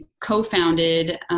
co-founded